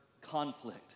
conflict